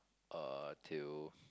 uh till